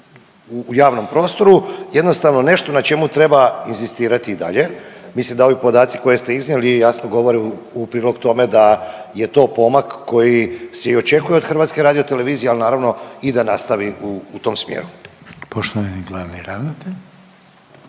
u javnom prostoru, jednostavno nešto na čemu treba inzistirati i dalje. Mislim da ovi podaci koje ste iznijeli jasno govore u prilog k tome da je to pomak koji se i očekuje od HRT-a, al naravno i da nastavi u tom smjeru. **Reiner, Željko